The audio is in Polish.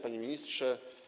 Panie Ministrze!